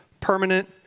permanent